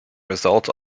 result